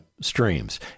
streams